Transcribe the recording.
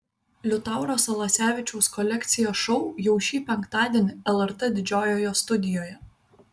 liutauro salasevičiaus kolekcija šou jau šį penktadienį lrt didžiojoje studijoje